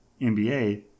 NBA